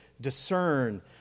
discern